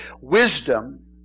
Wisdom